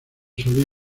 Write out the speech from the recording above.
solís